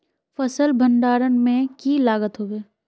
फसल भण्डारण में की लगत होबे?